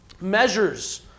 measures